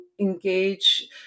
engage